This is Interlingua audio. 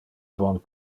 bon